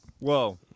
Whoa